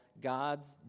God's